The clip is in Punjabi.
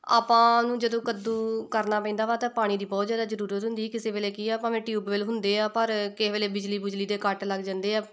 ਆਪਾਂ ਨੂੰ ਜਦੋਂ ਕੱਦੂ ਕਰਨਾ ਪੈਂਦਾ ਵਾ ਤਾਂ ਪਾਣੀ ਦੀ ਬਹੁਤ ਜ਼ਿਆਦਾ ਜ਼ਰੂਰਤ ਹੁੰਦੀ ਕਿਸੇ ਵੇਲੇ ਕੀ ਆ ਭਾਵੇਂ ਟਿਊਬਵੈਲ ਹੁੰਦੇ ਆ ਪਰ ਕਿਸੇ ਵੇਲੇ ਬਿਜਲੀ ਬੁਜਲੀ ਦੇ ਕੱਟ ਲੱਗ ਜਾਂਦੇ ਆ